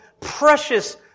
precious